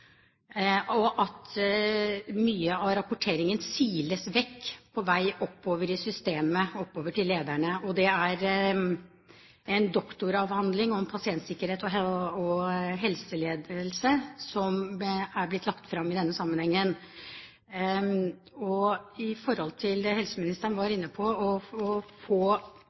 og at mye av rapporteringen siles vekk på vei oppover i systemet – oppover til lederne. Det er en doktoravhandling om pasientsikkerhet og helseledelse som er blitt lagt fram i denne sammenhengen. Når det gjelder det helseministeren var inne på